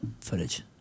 footage